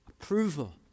approval